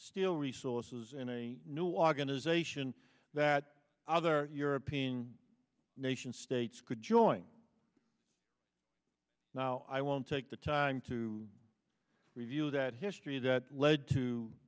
steel resources in a new organization that other european nation states could join now i won't take the time to review that history that led to